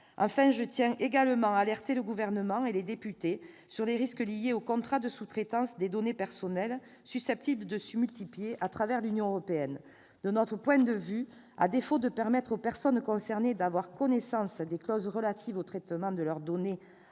Enfin, je tiens également à alerter le Gouvernement et les députés sur les risques liés aux contrats de sous-traitance des données personnelles, susceptibles de se multiplier à travers l'Union européenne. De notre point de vue, à défaut de permettre aux personnes concernées d'avoir connaissance des clauses relatives au traitement de leurs données